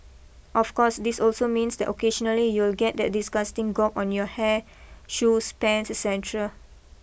of course this also means that occasionally you'll get that disgusting gob on your hair shoes pants et cetera